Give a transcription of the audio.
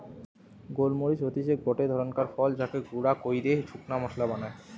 গোল মরিচ হতিছে গটে ধরণকার ফল যাকে গুঁড়া কইরে শুকনা মশলা বানায়